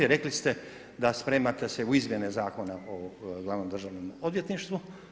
Rekli ste da spremate se u izmjene zakona o glavnom državnom odvjetništvu.